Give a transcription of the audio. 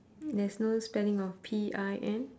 there's no spelling of P I N